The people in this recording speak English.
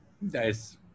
Nice